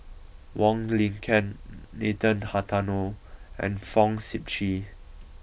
Wong Lin Ken Nathan Hartono and Fong Sip Chee